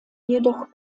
jedoch